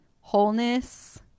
wholeness